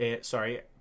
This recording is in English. Sorry